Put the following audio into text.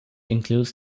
includes